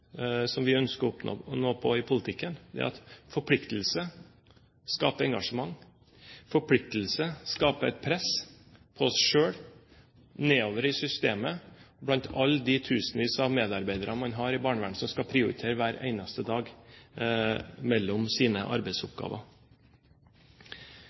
som vi ønsker å oppnå noe på i politikken, er at forpliktelse skaper engasjement, forpliktelse skaper et press på oss selv og nedover i systemet blant alle de tusenvis av medarbeiderne i barnevernet som skal prioritere hver eneste dag når det gjelder sine